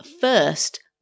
first